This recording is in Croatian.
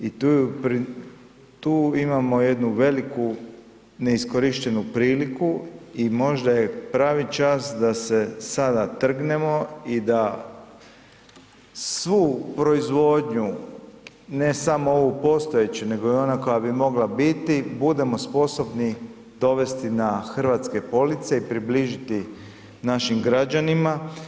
I tu imamo jednu veliku neiskorištenu priliku i možda je pravi čas da se sada trgnemo i da svu proizvodnju, ne samo ovu postojeću nego i onu koja bi mogla biti budemo sposobni dovesti na hrvatske police i približiti našim građanima.